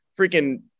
freaking